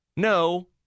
No